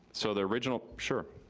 so the original, sure.